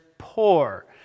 Poor